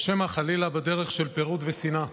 או שמא חלילה דרך של פירוד ושנאה?